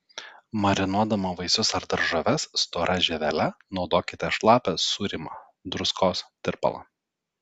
marinuodama vaisius ar daržoves stora žievele naudokite šlapią sūrymą druskos tirpalą